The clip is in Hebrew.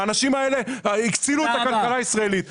האנשים האלה הקצינו את הכלכלה הישראלית.